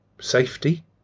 safety